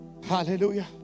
Hallelujah